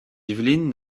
yvelines